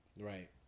Right